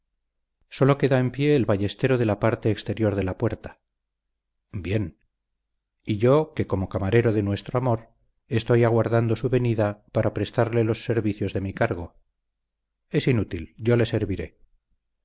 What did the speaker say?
sólo queda en pie el ballestero de la parte exterior de la puerta bien y yo que como camarero de nuestro amor estoy aguardando su venida para prestarle los servicios de mi cargo es inútil yo le serviré